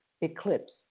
eclipse